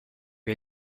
che